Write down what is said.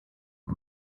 you